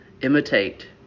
Imitate